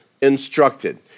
instructed